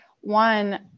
one